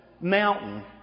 mountain